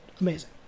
amazing